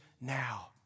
now